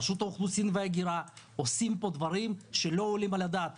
רשות האוכלוסין וההגירה עושים פה דברים שלא עולים על הדעת.